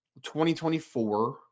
2024